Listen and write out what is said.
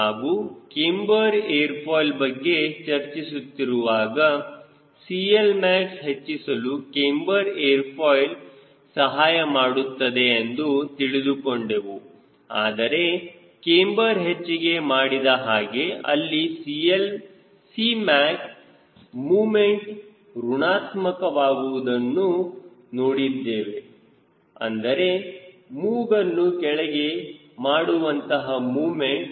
ಹಾಗೂ camber airfoil ಬಗ್ಗೆ ಚರ್ಚಿಸುತ್ತಿರುವಾಗ CLmax ಹೆಚ್ಚಿಸಲು ಕ್ಯಾಮ್ಬರ್ ಏರ್ ಫಾಯ್ಲ್ ಸಹಾಯಮಾಡುತ್ತದೆ ಎಂದು ತಿಳಿದುಕೊಂಡೆವು ಆದರೆ ಕ್ಯಾಮ್ಬರ್ ಹೆಚ್ಚಿಗೆ ಮಾಡಿದಹಾಗೆ ಅಲ್ಲಿ Cmac ಮೂಮೆಂಟ್ ಋಣಾತ್ಮಕ ವಾಗುವುದನ್ನು ನೋಡಿದ್ದೇವೆ ಅಂದರೆ ಮೂಗನ್ನು ಕೆಳಗೆ ಮಾಡುವಂತಹ ಮೂಮೆಂಟ್